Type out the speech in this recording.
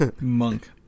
monk